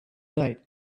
night